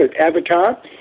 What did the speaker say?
Avatar